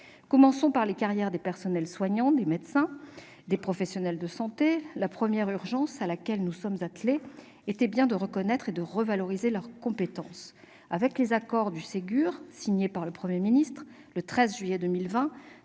Commençons par les carrières des personnels soignants, des médecins et des professionnels de santé. La première urgence à laquelle nous nous sommes attelés était de reconnaître et de revaloriser leurs compétences. À travers les accords du Ségur signés par le Premier ministre le 13 juillet 2020,